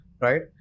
right